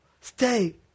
stay